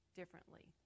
differently